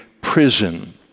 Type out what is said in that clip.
prison